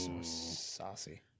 Saucy